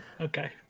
Okay